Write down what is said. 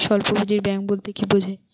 স্বল্প পুঁজির ব্যাঙ্ক বলতে কি বোঝায়?